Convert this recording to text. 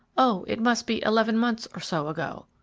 oh it must be eleven months or so ago.